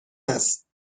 است